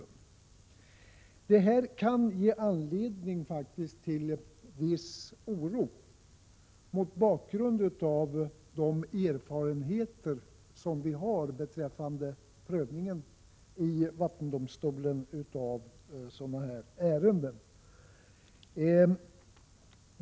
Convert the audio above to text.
Det här kan faktiskt ge anledning till viss oro mot bakgrund av de erfarenheter som vi har beträffande prövning i vattendomstolarna av sådana här ärenden.